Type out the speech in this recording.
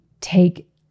take